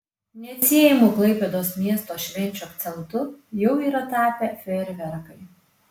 neatsiejamu klaipėdos miesto švenčių akcentu jau yra tapę fejerverkai